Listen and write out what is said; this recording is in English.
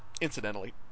incidentally